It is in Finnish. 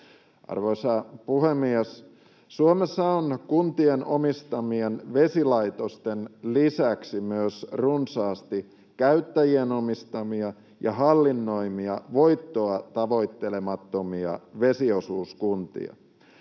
Arvoisa puhemies! Suomessa on kuntien omistamien vesilaitosten lisäksi myös runsaasti käyttäjien omistamia ja hallinnoimia, voittoa tavoittelemattomia vesiosuuskuntia.